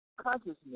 Consciousness